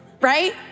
Right